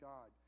God